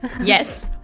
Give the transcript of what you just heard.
yes